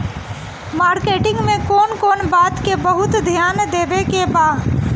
Marketing मे कौन कौन बात के बहुत ध्यान देवे के बा?